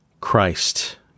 Christ